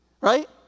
Right